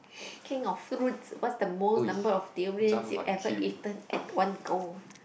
king of fruits what's the most number of durians you ever eaten at one go